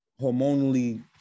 hormonally